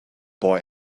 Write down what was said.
boy